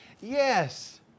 Yes